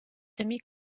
semi